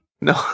No